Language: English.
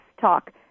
talk